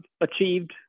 achieved